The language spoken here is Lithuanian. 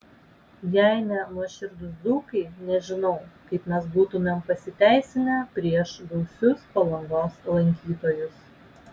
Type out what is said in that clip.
jei ne nuoširdūs dzūkai nežinau kaip mes būtumėm pasiteisinę prieš gausius palangos lankytojus